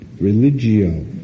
religio